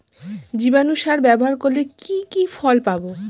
জীবাণু সার ব্যাবহার করলে কি কি ফল পাবো?